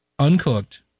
uncooked